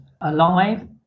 alive